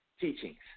teachings